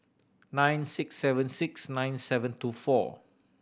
nine six seven six nine seven two four